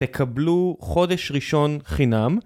תקבלו חודש ראשון חינם.